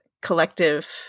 collective